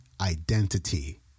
identity